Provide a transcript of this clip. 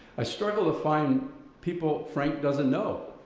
i struggle to find people frank doesn't know.